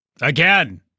Again